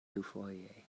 dufoje